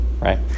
right